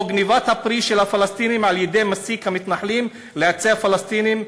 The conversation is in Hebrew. או גנבת הפרי של הפלסטינים על-ידי מסיק של המתנחלים בעצי הפלסטינים,